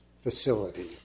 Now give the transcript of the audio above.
facility